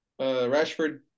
rashford